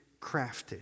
crafted